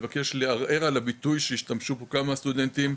אני מבקש לערער על הביטוי שהשתמשו בו כמה סטודנטים,